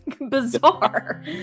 bizarre